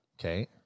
Okay